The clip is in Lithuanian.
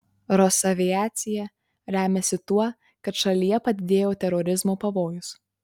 rosaviacija remiasi tuo kad šalyje padidėjo terorizmo pavojus